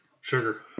Sugar